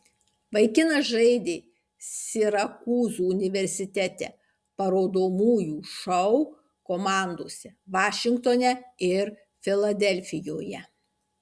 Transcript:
vaikinas žaidė sirakūzų universitete parodomųjų šou komandose vašingtone ir filadelfijoje